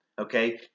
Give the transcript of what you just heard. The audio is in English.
okay